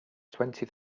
twenty